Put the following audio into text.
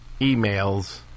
Emails